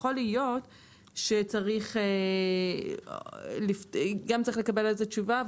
יכול להיות שצריך לקבל על זה תשובה,